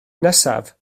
nesaf